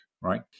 right